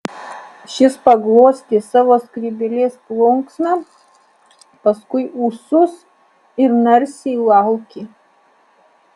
šis paglostė savo skrybėlės plunksną paskui ūsus ir narsiai laukė